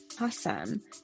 Awesome